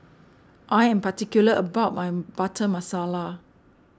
I am particular about my Butter Masala